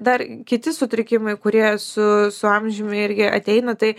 dar kiti sutrikimai kurie su su amžiumi irgi ateina tai